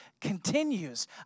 continues